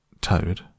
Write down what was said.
Toad